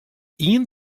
ien